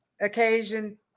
occasion